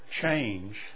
change